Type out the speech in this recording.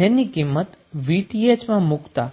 જેની કિંમત VTh મુકતાં